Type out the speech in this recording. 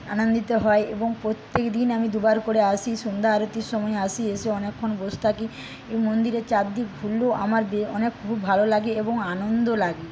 আনন্দিত হয় এবং প্রত্যেকদিন আমি দুবার করে আসি সন্ধ্যা আরতির সময় আসি এসে অনেকক্ষণ বসে থাকি এ মন্দিরে চারদিক ঘুরলেও আমার অনেক খুব ভালো লাগে এবং আনন্দ লাগে